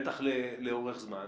בטח לאורך זמן.